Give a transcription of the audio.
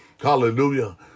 hallelujah